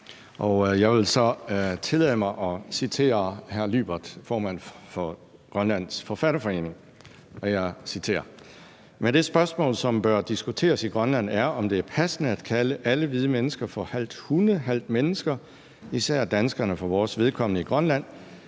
jeg vil så tillade mig at citere hr. Juaaka Lyberth, formanden for Grønlands Forfatterforening, og jeg citerer: Men det spørgsmål, som bør diskuteres i Grønland, er, om det er passende at kalde alle hvide mennesker for halvt hunde, halvt mennesker, især danskerne for vores vedkommende i Grønland,